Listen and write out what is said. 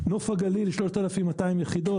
נוף הגליל 3,200 יחידות,